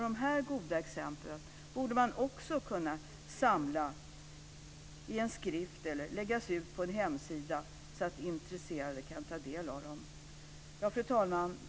De goda exemplen borde man också kunna samla i en skrift eller lägga ut på en hemsida så att intresserade kan ta del av dem. Fru talman!